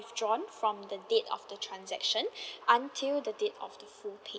withdrawn from the date of the transaction until the date of the full